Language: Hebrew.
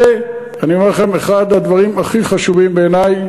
זה, אני אומר לכם, אחד הדברים הכי חשובים בעיני.